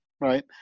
right